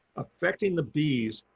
affecting the bees,